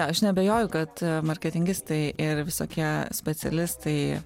aš neabejoju kad marketingistai ir visokie specialistai